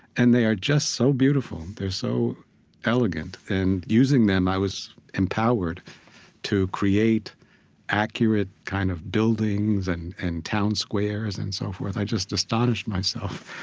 and they are just so beautiful. they're so elegant. and using them, i was empowered to create accurate kind of buildings and and town squares and so forth. i just astonish myself.